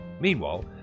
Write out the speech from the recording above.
Meanwhile